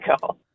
go